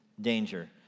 Danger